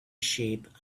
sheep